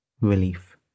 relief